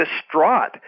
distraught